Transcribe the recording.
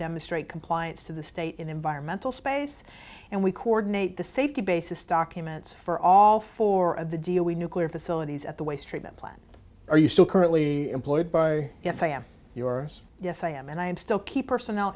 demonstrate compliance to the state environmental space and we coordinate the safety basis documents for all four of the deal with nuclear facilities at the waste treatment plant are you still currently employed by yes i am yours yes i am and i am still keep personnel